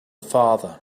father